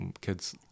kids